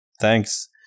Thanks